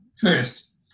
first